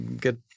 get